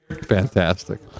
Fantastic